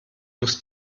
muss